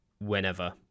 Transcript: whenever